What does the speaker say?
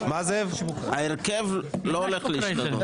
ההרכב לא הולך להשתנות.